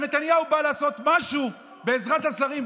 כשנתניהו בא לעשות משהו בעזרת השרים,